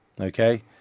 Okay